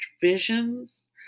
visions